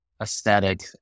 aesthetic